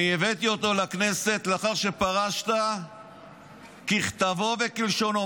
אני הבאתי אותו לכנסת לאחר שפרשת ככתבו וכלשונו,